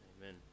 amen